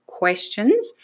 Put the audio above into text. questions